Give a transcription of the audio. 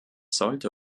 sollte